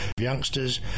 youngsters